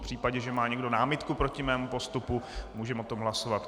V případě, že má někdo námitku proti mému postupu, můžeme o tom hlasovat.